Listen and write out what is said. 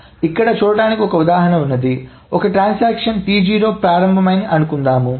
ఇక్కడ చూడటానికి ఒక ఉదాహరణ ఉంది ఒక ట్రాన్సాక్షన్ ప్రారంభం T1 ఉందనుకోండి